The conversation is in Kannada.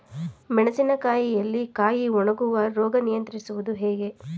ಮೆಣಸಿನ ಕಾಯಿಯಲ್ಲಿ ಕಾಯಿ ಒಣಗುವ ರೋಗ ನಿಯಂತ್ರಿಸುವುದು ಹೇಗೆ?